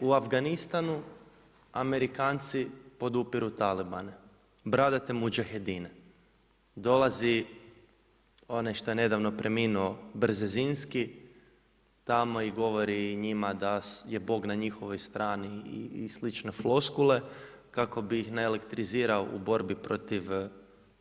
U Afganistanu Amerikanci podupiru talibane, bradate muđahedine, dolazi onaj što je nedavno preminuo Brzinski tamo i govori njima da je Bog na njihovoj stranici i slične floskule kako bi ih naelektrizirao u borbi protiv